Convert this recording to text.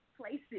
places